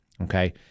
okay